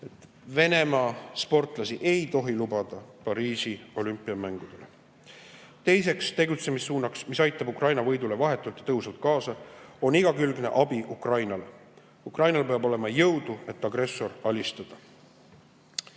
Venemaa sportlasi ei tohi lubada Pariisi olümpiamängudele. Teiseks tegutsemissuunaks, mis aitab Ukraina võidule vahetult ja tõhusalt kaasa, on igakülgne abi Ukrainale. Ukrainal peab olema jõudu, et agressor alistada.